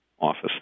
office